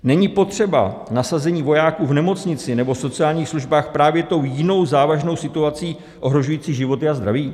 Není potřeba nasazení vojáků v nemocnici nebo sociálních službách právě tou jinou závažnou situací, ohrožující životy a zdraví?